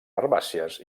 herbàcies